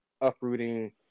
uprooting